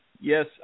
Yes